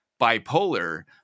bipolar